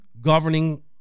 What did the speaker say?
governing